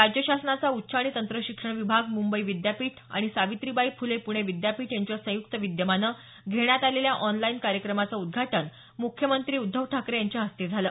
राज्य शासनाचा उच्च आणि तंत्र शिक्षण विभाग मुंबई विद्यापीठ आणि सावित्रीबाई फ़ले पूणे विद्यापीठ यांच्या संयुक्त विद्यमानं घेण्यात आलेल्या ऑनलाईन कार्यक्रमाचं उद्घाटन मुख्यमंत्री उद्धव ठाकरे यांच्या हस्ते झालं